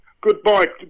goodbye